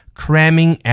cramming